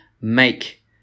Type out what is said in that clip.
make